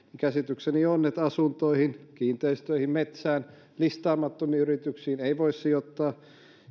käsitykseni on että asuntoihin kiinteistöihin metsään listaamattomiin yrityksiin ei voi sijoittaa